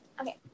okay